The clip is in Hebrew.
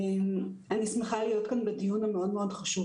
אני שמחה להיות כאן בדיון המאוד מאוד חשוב